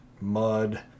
mud